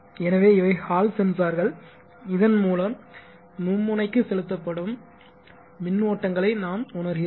எனவே இவை ஹால் சென்சார்கள் இதன் மூலம் மும்முனைக்கு செலுத்தப்படும் மின் ஓட்டங்களை நாம் உணர்கிறோம்